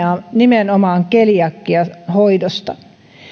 nimenomaan keliakiahoidosta